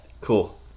cool